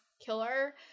killer